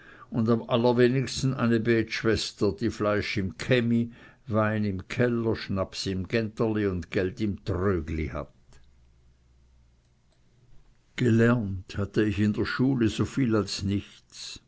und am allerwenigsten eine betschwester die fleisch im kemi wein im keller schnaps im gänterli und geld im trögli hat gelernt hatte ich in der schule so viel als nichts